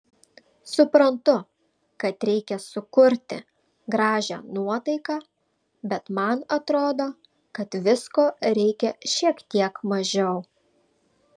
suprantu kad reikia sukurti gražią nuotaiką bet man atrodo kad visko reikia šiek tiek mažiau